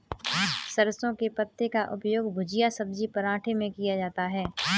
सरसों के पत्ते का उपयोग भुजिया सब्जी पराठे में किया जाता है